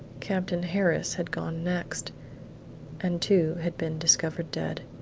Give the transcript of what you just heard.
captain harris had gone next and two had been discovered dead.